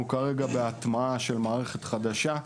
אנחנו כרגע בהטמעה של מערכת חדשה.